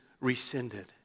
rescinded